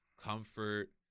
comfort